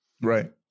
Right